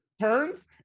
turns